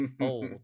old